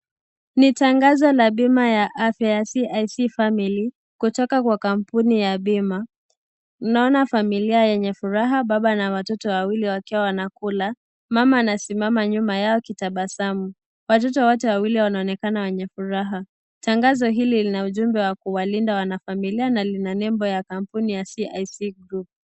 Ni tangazo ya bima ya afya ya CIC Family kutoka kwa kampuni ya bima naona familia yenye furaha baba na watoto wawili wakiwa wanakula mama anasimama nyuma yao akitabasamu watoto wote wawili wanaonekana wenye furaha tangazo hili lina ujumbe wa kuwalinda wanafamilia na nembo ya familia ya CIC Group .